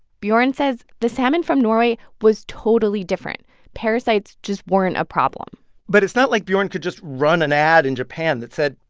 bjorn says the salmon from norway was totally different. parasites just weren't a problem but it's not like bjorn could just run an ad in japan that said,